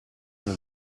una